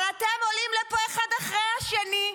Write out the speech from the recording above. אבל אתם עולים לפה, אחד אחרי השני,